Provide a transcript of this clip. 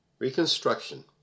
Reconstruction